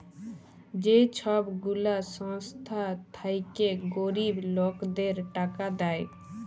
যে ছব গুলা সংস্থা থ্যাইকে গরিব লকদের টাকা দেয়